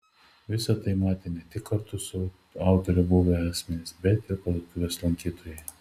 visa tai matė ne tik kartu su autore buvę asmenys bet ir parduotuvės lankytojai